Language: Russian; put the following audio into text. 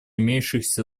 имеющихся